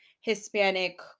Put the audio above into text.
Hispanic